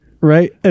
Right